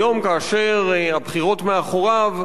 היום, כאשר הבחירות מאחוריו,